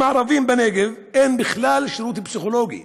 הערביים בנגב אין בכלל שירות פסיכולוגי.